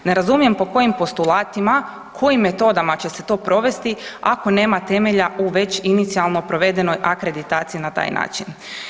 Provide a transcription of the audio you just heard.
Ne razumijem po kojim postulatima, kojim metodama će se to provesti ako nema temelja u već inicijalno provedenoj akreditaciji na taj način.